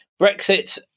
brexit